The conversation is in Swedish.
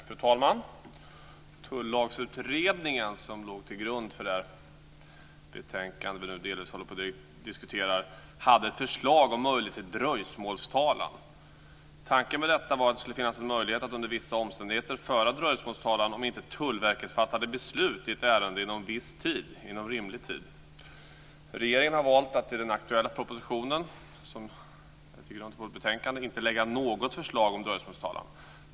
Fru talman! Tullagsutredningen, som låg till grund för det betänkande som vi nu delvis håller på att diskutera, hade ett förslag om att det ska finnas möjlighet till dröjsmålstalan. Tanken med detta var att det skulle finnas en möjlighet att under vissa omständigheter föra dröjsmålstalan om Tullverket inte fattar beslut i ett ärende inom rimlig tid. Regeringen har valt att i den aktuella propositionen, som ligger till grund för vårt betänkande, inte lägga fram något förslag om dröjsmålstalan.